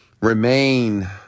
remain